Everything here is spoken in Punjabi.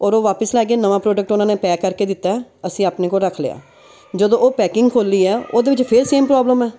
ਔਰ ਉਹ ਵਾਪਸ ਲੈ ਗਏ ਨਵਾਂ ਪ੍ਰੋਡਕਟ ਉਹਨਾਂ ਨੇ ਪੈਕ ਕਰਕੇ ਦਿੱਤਾ ਅਸੀਂ ਆਪਣੇ ਕੋਲ ਰੱਖ ਲਿਆ ਜਦੋਂ ਉਹ ਪੈਕਿੰਗ ਖੋਲ੍ਹੀ ਹੈ ਉਹਦੇ ਵਿੱਚ ਫਿਰ ਸੇਮ ਪ੍ਰੋਬਲਮ ਹੈ